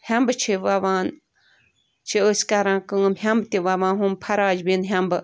ہیٚمبہٕ چھِ وَوَان چھِ أسی کَران کٲم ہیٚمبہٕ تہِ وَوان ہُم فَراش بیٖن ہیٚمبہٕ